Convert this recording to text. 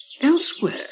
Elsewhere